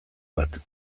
bat